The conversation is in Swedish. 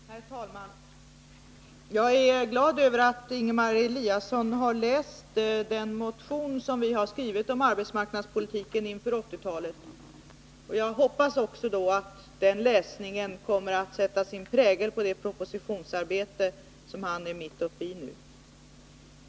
Herr talman! Jag är glad över att Ingemar Eliasson har läst den motion om arbetsmarknadspolitiken inför 1980-talet som vi har väckt, och jag hoppas att den läsningen kommer att sätta sin prägel på det propositionsarbete som han är mitt uppe i.